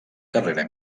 carrera